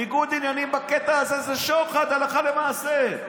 ניגוד עניינים בקטע הזה זה שוחד הלכה למעשה.